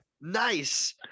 Nice